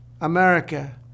America